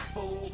Fool